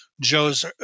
Joe's